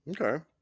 Okay